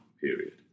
period